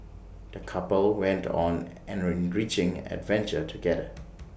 the couple went on an enriching adventure together